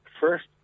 first